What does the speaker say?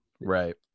Right